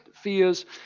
fears